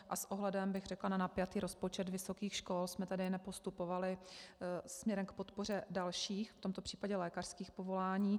S ohledem, bych řekla, na napjatý rozpočet vysokých škol, jsme tady nepostupovali směrem k podpoře dalších, v tomto případě lékařských povolání.